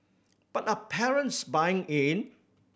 but are parents buying in